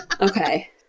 Okay